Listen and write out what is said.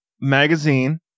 magazine